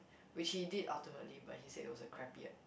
which he did ultimately but he said it was a crappy act~